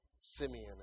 Simeon